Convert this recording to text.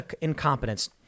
incompetence